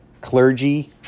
clergy